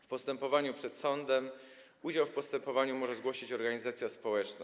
W postępowaniu przed sądem udział w postępowaniu może zgłosić organizacja społeczna.